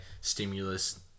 stimulus